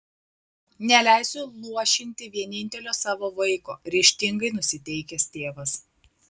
neleisiu luošinti vienintelio savo vaiko ryžtingai nusiteikęs tėvas